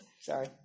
Sorry